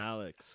Alex